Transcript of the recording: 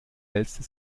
wälzte